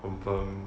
confirm